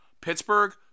Pittsburgh